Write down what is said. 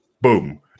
boom